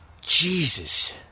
jesus